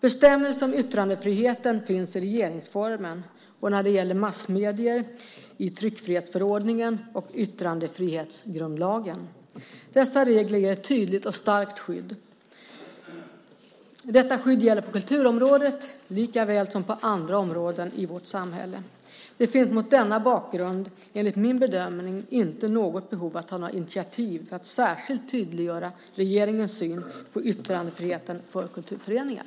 Bestämmelser om yttrandefriheten finns i regeringsformen och, när det gäller massmedier, i tryckfrihetsförordningen och yttrandefrihetsgrundlagen. Dessa regler ger ett tydligt och starkt skydd. Detta skydd gäller på kulturområdet likaväl som på andra områden i vårt samhälle. Det finns mot denna bakgrund enligt min bedömning inte något behov av att ta några initiativ för att särskilt tydliggöra regeringens syn på yttrandefriheten för kulturföreningar.